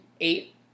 eight